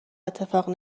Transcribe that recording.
اتفاق